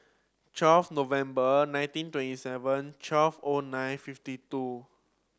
twelve November nineteen twenty seven twelve O nine fifty two